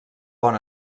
bon